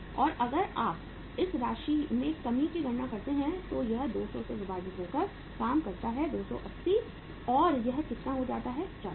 और अगर आप इस राशि में कमी की गणना करते हैं तो यह 200 से विभाजित होकर काम करता है 280 और यह कितना हो जाता है 40